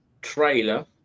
trailer